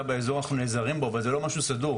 באזור אנחנו נעזרים בו אבל זה לא משהו סדור.